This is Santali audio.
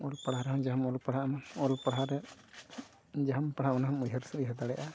ᱚᱞᱼᱯᱟᱲᱦᱟᱣ ᱨᱮᱦᱚᱸ ᱡᱟᱦᱟᱢ ᱚᱞᱼᱯᱟᱲᱦᱟᱣᱟ ᱚᱞᱼᱯᱟᱲᱦᱟᱣᱨᱮ ᱡᱟᱦᱟᱢ ᱯᱟᱲᱦᱟᱣᱟ ᱚᱱᱟᱦᱚᱢ ᱩᱭᱦᱟᱹᱨ ᱥᱮ ᱤᱭᱟᱹ ᱫᱟᱲᱮᱭᱟᱜᱼᱟ